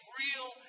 real